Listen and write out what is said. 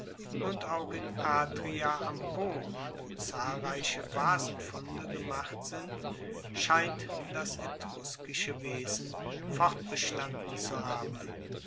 und auch in atria am po wo zahlreiche vasenfunde gemacht sind scheint das etruskische wesen fortbestanden zu haben